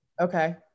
Okay